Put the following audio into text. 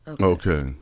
Okay